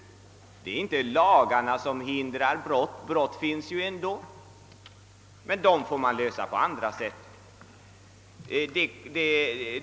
Det är inte lagarna som hindrar broit. Brott finns ändå, men dem får man försöka komma till rätta med på andra sätt.